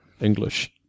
English